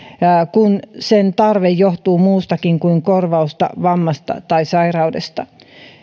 kun sen tarve johtuu muustakin kuin korvatusta vammasta tai sairaudesta